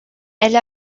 elle